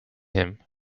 him